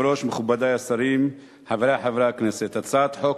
פיניאן, הצעת חוק